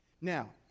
Now